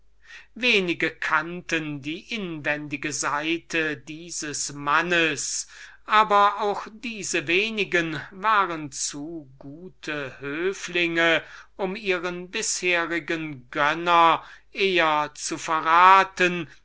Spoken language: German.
wenige kannten die inwendige seite dieses mannes und diese wenige waren zu gute hofmänner um ihren bisherigen gönner eher zu verraten